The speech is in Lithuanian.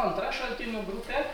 antra šaltinių grupė